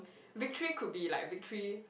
victory could be like victory